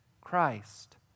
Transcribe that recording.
Christ